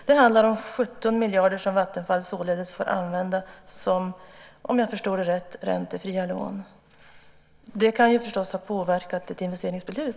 Det handlar om 17 miljarder som Vattenfall får använda som, om jag förstår det rätt, räntefria lån. Det kan förstås ha påverkat ett investeringsbeslut.